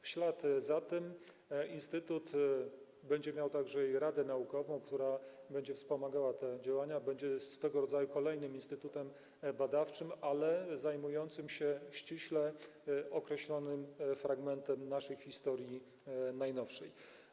W ślad za tym instytut będzie miał także radę naukową, która będzie wspomagała te działania, będzie swego rodzaju kolejnym instytutem badawczym, ale zajmującym się ściśle określonym fragmentem naszej historii najnowszej.